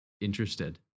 interested